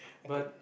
I could